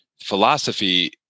philosophy